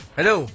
Hello